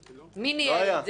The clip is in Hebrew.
לא היה.